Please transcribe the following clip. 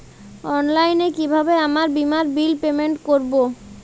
অনলাইনে কিভাবে আমার বীমার বিল পেমেন্ট করবো?